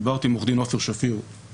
דיברת עם עורך דין עופר שפיר --- לא,